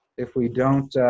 if we don't